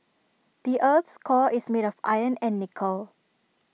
the Earth's core is made of iron and nickel